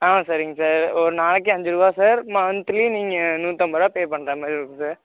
ஆ சரிங்க சார் ஒரு நாளைக்கு அஞ்சுருவா சார் மந்த்லி நீங்கள் நூற்றிம்பதுருவா பே பண்ணுற மாதிரி இருக்கும் சார்